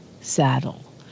saddle